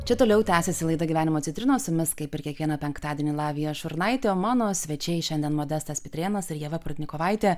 čia toliau tęsiasi laida gyvenimo citrinos su jumis kaip ir kiekvieną penktadienį lavija šurnaitė o mano svečiai šiandien modestas pitrėnas ir ieva prudnikovaitė